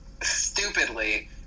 stupidly